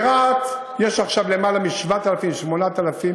ברהט יש עכשיו למעלה מ-7,000 8,000